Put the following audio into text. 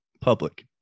public